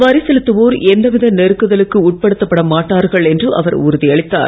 வரி செலுத்துவோர் எந்தவித நெருக்குதலுக்கு உட்படுத்த மாட்டார்கள் என்று அவர் உறுதியளித்துள்ளார்